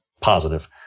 positive